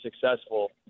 successful